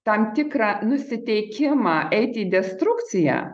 tam tikrą nusiteikimą eiti į destrukciją